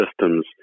systems